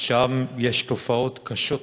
שם יש תופעות קשות מאוד.